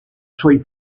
suoi